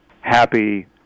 happy